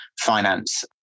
Finance